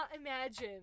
imagine